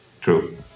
True